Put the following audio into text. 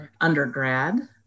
undergrad